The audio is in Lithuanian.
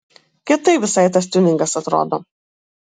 kietai visai tas tiuningas atrodo